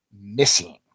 missing